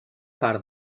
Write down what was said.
part